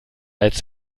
als